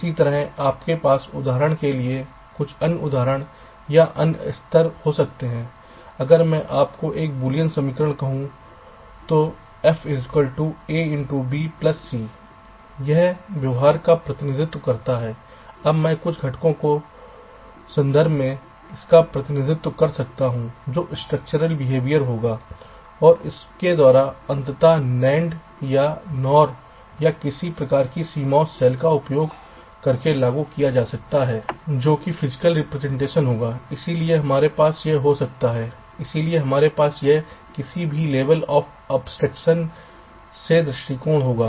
इसी तरह आपके पास उदाहरण के लिए कुछ अन्य उदाहरण या अन्य स्तर हो सकते हैं अगर मैं आपको कुछ बूलियन समीकरण कहूँ तो f a b c यह व्यवहार का प्रतिनिधित्व करता है अब मैं कुछ फाटकों के संदर्भ में इसका प्रतिनिधित्व कर सकता हूं जो structural behavior होगा और इसके द्वार अंतत NAND या NOR या किसी प्रकार की CMOS Cell का उपयोग करके लागू किया जा सकता है जो कि फिजिकल रिप्रजेंटेशन होगा इसलिए हमारे पास यह हो सकता है इसलिए हमारे पास यह किसी भी लेबल ऑफ अब्स्ट्रक्शन से दृष्टिकोण होगा